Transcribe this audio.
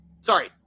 Sorry